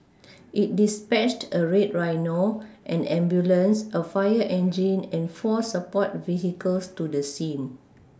it dispatched a red Rhino an ambulance a fire engine and four support vehicles to the scene